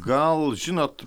gal žinot